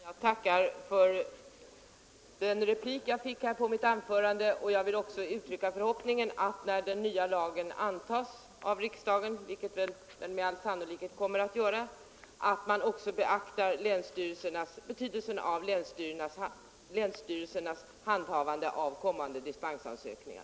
Herr talman! Jag tackar för den replik som jag fick på mitt anförande. Jag vill också uttrycka förhoppningen att man när den nya lagen antas av riksdagen — vilket med all sannolikhet kommer att bli fallet — också beaktar betydelsen av länsstyrelsernas handhavande av kommande dispensansökningar.